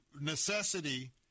necessity